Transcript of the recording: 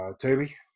toby